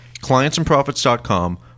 clientsandprofits.com